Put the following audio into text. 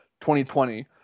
2020